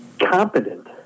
competent